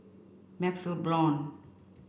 MaxLe Blond